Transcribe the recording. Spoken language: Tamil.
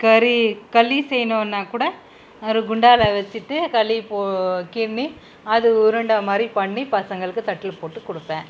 கறி களி செய்யணுன்னா கூட ஒரு குண்டான வச்சுட்டு களி இப்போது கின்னி அது உருண்ட மாதிரி பண்ணி பசங்களுக்கு தட்டில் போட்டு கொடுப்பேன்